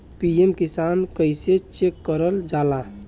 PM Kisan कइसे check करल जाला?